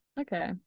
Okay